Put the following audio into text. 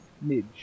Midge